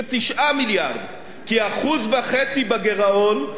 כי 1.5% בגירעון שווה חמש-עשרה מיליארד.